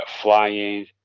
flying